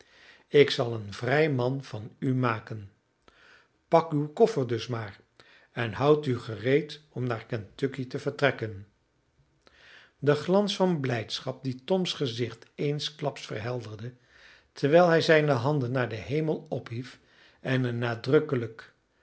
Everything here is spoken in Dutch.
ik zal een vrij man van u maken pak uw koffer dus maar en houd u gereed om naar kentucky te vertrekken de glans van blijdschap die toms gezicht eensklaps verhelderde terwijl hij zijne handen naar den hemel ophief en een nadrukkelijk